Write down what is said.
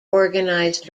organized